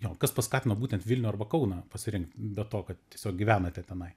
gal kas paskatino būtent vilniuje arba kauną pasirinkti be to kad tiesiog gyvenate tenai